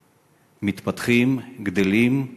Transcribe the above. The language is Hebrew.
מתפתחים, גדלים,